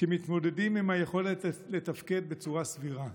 שמתמודדים עם היכולת לתפקד בצורה סבירה.